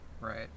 Right